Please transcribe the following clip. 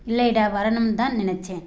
இல்லைடா வரணும்னுதான் நினைச்சேன்